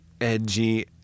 edgy